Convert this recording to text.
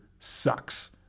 Sucks